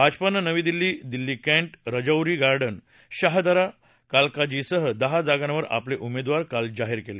भाजपानं नवी दिल्ली दिल्ली कैं राजौरी गार्डन शाहदरा आणि कालकाजीसह दहा जागांवर आपले उमेदवार काल जाहीर केले